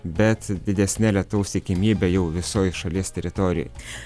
bet didesne lietaus tikimybe jau visoj šalies teritorijoj